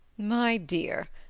my dear,